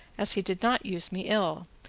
as he did not use me ill,